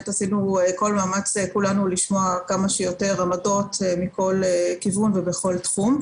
עשינו כל מאמץ לשמוע כמה שיותר עמדות מכל כיוון ובכל תחום.